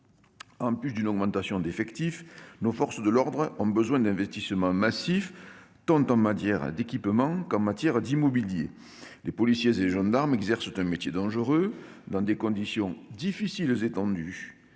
En plus d'une augmentation d'effectifs, nos forces de l'ordre ont besoin d'investissements massifs, en matière tant d'équipement que d'immobilier. Les policiers et les gendarmes exercent un métier dangereux, dans des conditions difficiles et tendues.